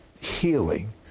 healing